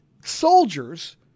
soldiers